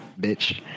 bitch